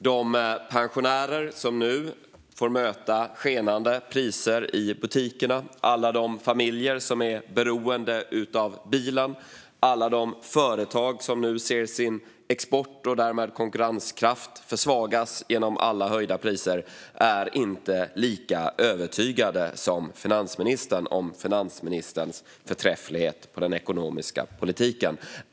De pensionärer som nu får möta skenande priser i butikerna, alla familjer som är beroende av bilen och alla de företag som nu ser sin export och därmed konkurrenskraft försvagas genom alla höjda priser är inte lika övertygade som finansministern om finansministerns förträfflighet när det gäller den ekonomiska politiken.